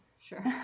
Sure